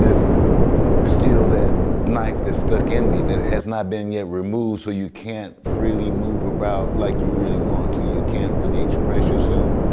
still that knife that's stuck in me that has not been yet removed. so you can't freely move about like you really want to. you can't really express yourself.